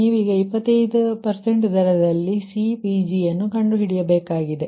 ನೀವೀಗ 25 ದರದಲ್ಲಿ CPgಯನ್ನು ಕಂಡು ಹಿಡಿಯಬೇಕಾಗಿದೆ